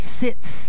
sits